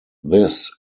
this